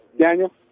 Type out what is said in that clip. Daniel